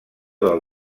del